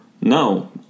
no